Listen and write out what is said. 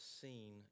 seen